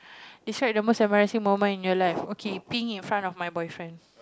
beside the most embarassing moment in your life okay peeing in front of my boyfriend